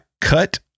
Cut